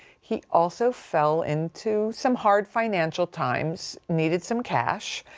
he also fell into some hard financial times, needed some cash,